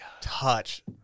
touch